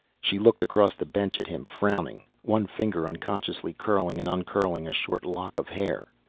she looked across the bench at him, frowning. one finger unconsciously curling and uncurling a short lock of hair.